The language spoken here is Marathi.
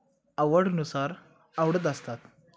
आवडीनुसार आवडत असतात